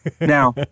Now